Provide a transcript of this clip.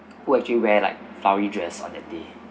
who actually wear like flowery dress on that day